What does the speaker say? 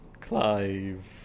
Clive